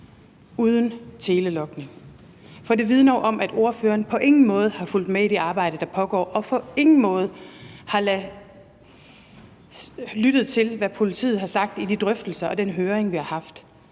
uden telelogning, for det vidner jo om, at ordføreren på ingen måde har fulgt med i det arbejde, der pågår, og på ingen måde har lyttet til, hvad politiet har sagt i de drøftelser og under den høring, vi har haft.